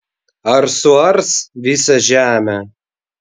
ar suars visą žemę